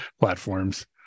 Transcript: platforms